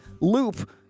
loop